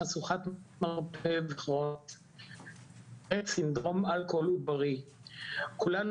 חשוכת מרפא --- סינדרום --- כולנו